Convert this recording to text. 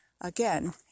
again